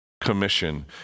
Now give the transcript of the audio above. Commission